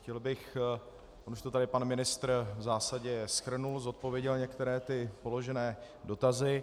Chtěl bych on už to tady pan ministr v zásadě shrnul, zodpověděl některé položené dotazy.